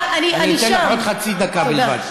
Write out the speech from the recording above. שאני, אני אתן לך עוד חצי דקה בלבד.